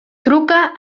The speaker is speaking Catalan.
truca